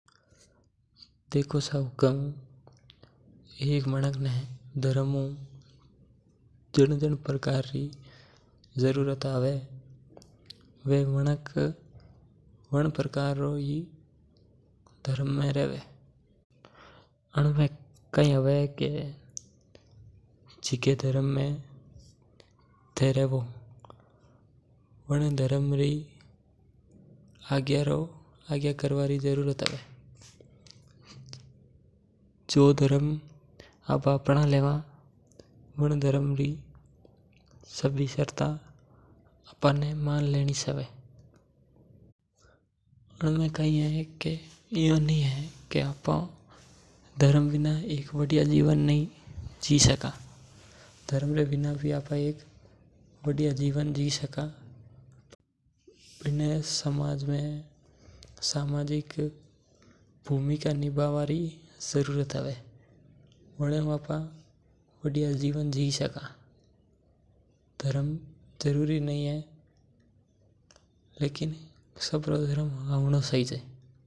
देखो सा हुक्म एक मानक ने धर्म हु जिन-जिन प्रकार री जरूरत हवे वे मानक वन प्रकार रे ही धर्म में रेवे। जिके धर्म में रहो वन धर्म री आज्ञा करवा री जरूरत हवे। जो धर्म आपा अपना लेवा वन धर्म री सभी शर्ता आपणें मान लेणी चाहिजे। अणमें कईः ह कि इयो नीं कि धर्म बिना वदिया जीवन नहीं जी सके धर्म बिना भी जीवन जी सका।